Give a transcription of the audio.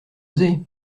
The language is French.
oser